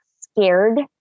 scared